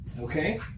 Okay